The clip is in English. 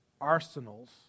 arsenals